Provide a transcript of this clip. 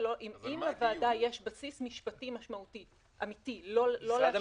אם לוועדה יש בסיס משפטי משמעותי אמיתי לא לאשר עמותה --- רגע,